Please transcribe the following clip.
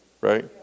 right